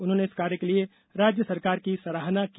उन्होंने इस कार्य के लिये राज्य सरकार की सराहना की